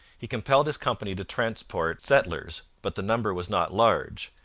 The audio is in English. he compelled his company to transport settlers, but the number was not large,